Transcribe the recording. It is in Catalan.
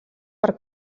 per